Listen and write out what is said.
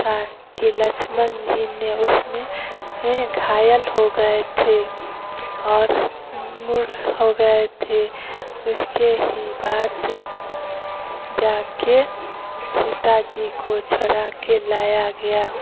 था कि लक्ष्मण जी ने उसमें घायल हो गए थे और मुड़ हो गए थे उसके ही बाद जाके सीता जी को छोड़ा के लाया गया